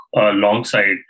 alongside